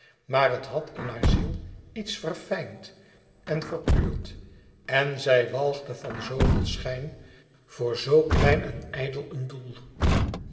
maar het had in haar ziel iets verfijnd en verpuurd en zij walgde van zooveel schijn voor zoo klein en ijdel een doel